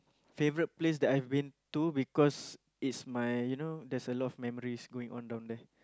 favourite place that I've been to because it's my you know there's a lot of memories going on down there